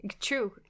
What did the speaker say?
true